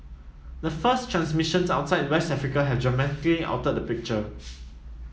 the first transmissions outside West Africa have dramatically altered the picture